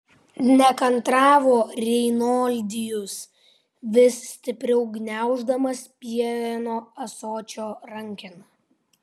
nekantravo reinoldijus vis stipriau gniauždamas pieno ąsočio rankeną